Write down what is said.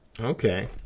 Okay